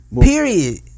Period